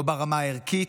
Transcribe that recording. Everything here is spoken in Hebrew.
לא ברמה הערכית,